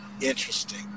interesting